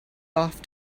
off